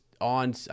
on